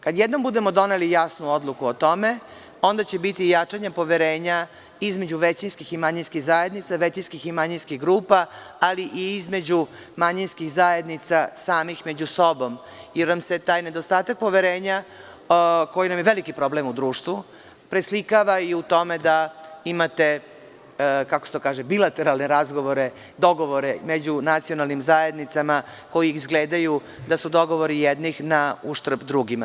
Kada jednom budemo doneli jasnu odluku o tome, onda će biti i jačanje poverenja između većinskih i manjinskih zajednica, većinskih i manjinskih grupa, ali i između manjinskih zajednica samih među sobom, jer vam se taj nedostatak poverenja, koji nam je veliki problem u društvu, preslikava i u tome da imate bilateralne razgovore, dogovore među nacionalnim zajednicama koji izgledaju da su dogovori jednih na uštrb drugima.